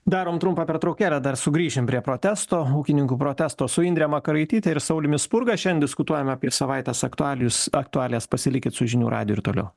darom trumpą pertraukėlę dar sugrįšim prie protesto ūkininkų protesto su indre makaraityte ir sauliumi spurga šiandien diskutuojam apie savaitės aktualijus aktualijas tai likit su žinių radiju ir toliau